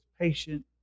patient